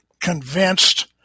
convinced